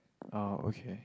oh okay